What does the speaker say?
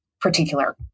particular